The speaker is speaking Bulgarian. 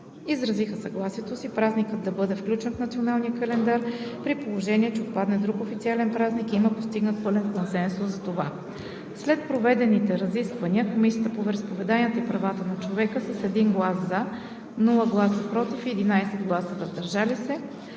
Изразиха съгласието си празникът да бъде включен в националния календар само при положение че отпадне друг официален празник и има постигнат пълен консенсус за това. След проведените разисквания, Комисията по вероизповеданията и правата на човека с 1 глас „за“ , без „против“ и 11 гласа „въздържал се“